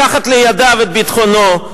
לקחת לידיו את ביטחונו,